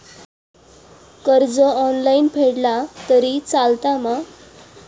कर्ज ऑनलाइन फेडला तरी चलता मा?